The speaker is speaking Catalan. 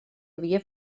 havia